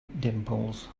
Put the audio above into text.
dimples